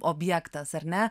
objektas ar ne